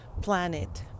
planet